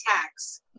tax